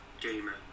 gamer